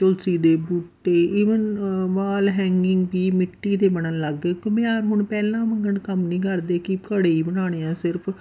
ਤੁਲਸੀ ਦੇ ਬੂਟੇ even wall hanging ਵੀ ਮਿੱਟੀ ਦੇ ਬਣਨ ਲੱਗ ਗਏ ਘੁੰਮਿਆਰ ਹੁਣ ਪਹਿਲਾਂ ਵਾਂਗ ਕੰਮ ਨਹੀਂ ਕਰਦੇ ਕਿ ਘੜੇ ਹੀ ਬਣਾਉਣੇ ਆ ਸਿਰਫ